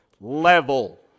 level